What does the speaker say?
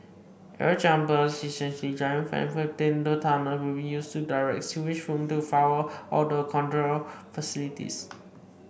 air jumper essentially giant fans within the tunnel will be used to direct sewage fumes to four odour control facilities